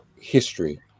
history